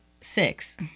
six